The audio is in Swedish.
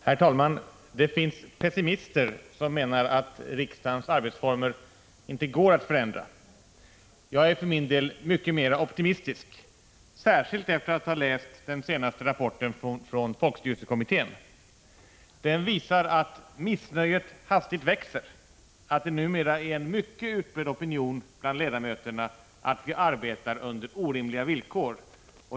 Herr talman! Det finns pessimister som menar att riksdagens arbetsformer 28 maj 1986 inte går att förändra. Jag är för min del mycket mer optimistisk, särskilt efter att ha läst den senaste rapporten från folkstyrelsekommittén. Den visar att missnöjet hastigt växer och att det numera är en mycket utbredd opinion bland ledamöterna som anser att vi arbetar under orimliga villkor.